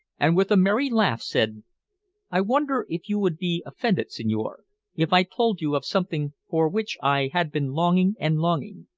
and with a merry laugh said i wonder if you would be offended, signore, if i told you of something for which i had been longing and longing?